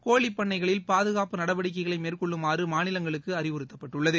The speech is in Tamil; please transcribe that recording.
கோழிட்பண்ணைகளில் பாதுகாட்டு நடவடிக்கைகளை மேற்கொள்ளுமாறு மாநிலங்களுக்கு அறிவுறுத்தப்பட்டுள்ளது